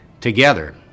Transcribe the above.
together